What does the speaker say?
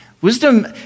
Wisdom